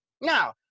Now